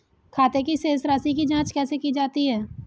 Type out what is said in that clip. खाते की शेष राशी की जांच कैसे की जाती है?